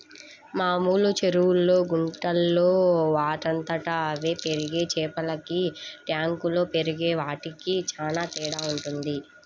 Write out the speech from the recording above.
మామూలు చెరువుల్లో, గుంటల్లో వాటంతట అవే పెరిగే చేపలకి ట్యాంకుల్లో పెరిగే వాటికి చానా తేడా వుంటది